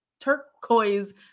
Turquoise